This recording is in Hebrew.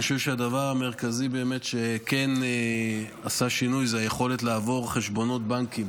אני חושב שהדבר המרכזי שבאמת עשה שינוי זה היכולת לעבור חשבונות בנקים